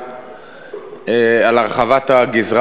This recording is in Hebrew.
על הרחבת הגזרה,